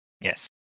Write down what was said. Yes